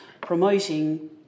promoting